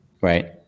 Right